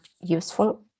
useful